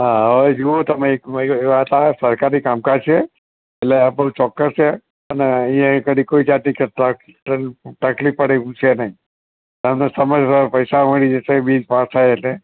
હા હવે જોવો તમે સરકારી કામકાજ છે એટલે આ બધું ચોક્કસ છે અને અહિયાં આગળી કોઈપણ જાતની તકલીફ પડે એવું છે નહી તમે સમયસર પૈસા મળી જાશે બીલ પાસ થાય એટલે